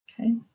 okay